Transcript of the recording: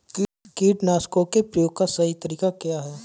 कीटनाशकों के प्रयोग का सही तरीका क्या है?